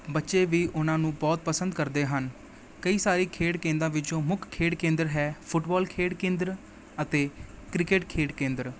ਬੱਚੇ ਵੀ ਉਨ੍ਹਾਂ ਨੂੰ ਬਹੁਤ ਪਸੰਦ ਕਰਦੇ ਹਨ ਕਈ ਸਾਰੇ ਖੇਡ ਕੇਂਦਰਾਂ ਵਿੱਚੋਂ ਮੁੱਖ ਖੇਡ ਕੇਂਦਰ ਹੈ ਫੁੱਟਬੋਲ ਖੇਡ ਕੇਂਦਰ ਅਤੇ ਕ੍ਰਿਕੇਟ ਖੇਡ ਕੇਂਦਰ